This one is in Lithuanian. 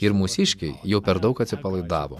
ir mūsiškiai jau per daug atsipalaidavo